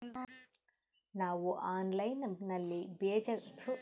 ನಾವು ಆನ್ಲೈನ್ ನಲ್ಲಿ ಬೇಜಗಳನ್ನು ಹೆಂಗ ಖರೇದಿ ಮಾಡಬಹುದು?